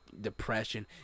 depression